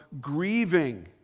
grieving